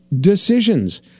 decisions